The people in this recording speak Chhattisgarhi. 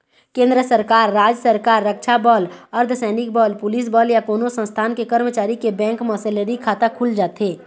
केंद्र सरकार, राज सरकार, रक्छा बल, अर्धसैनिक बल, पुलिस बल या कोनो संस्थान के करमचारी के बेंक म सेलरी खाता खुल जाथे